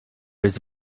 jest